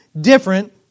different